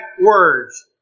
words